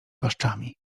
paszczami